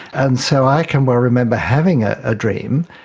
and so i can well remember having a ah dream,